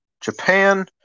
Japan